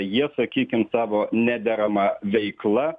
jie sakykim tavo nederama veikla